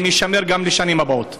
האם זה יישמר גם לשנים הבאות?